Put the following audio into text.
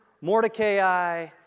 Mordecai